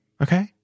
Okay